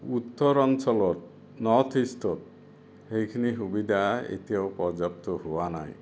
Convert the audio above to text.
উত্তৰ অঞ্চলত নৰ্থ ইষ্টত সেইখিনি সুবিধা এতিয়াও পৰ্যাপ্ত হোৱা নাই